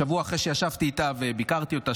שבוע אחרי שישבתי איתה וביקרתי אותה,